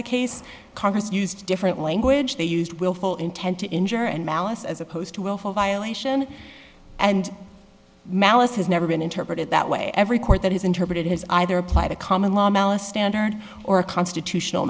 the case congress used different language they used willful intent to injure and malice as opposed to willful violation and malice has never been interpreted that way every court that has interpreted has either applied a common law malice standard or constitutional